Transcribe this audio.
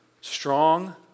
Strong